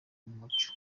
n’umuco